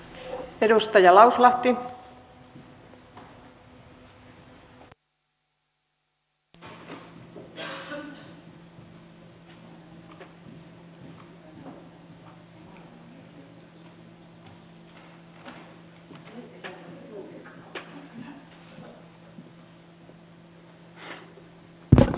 arvoisa puhemies